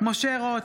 משה רוט,